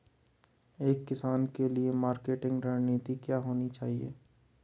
एक किसान के लिए मार्केटिंग रणनीति क्या होनी चाहिए?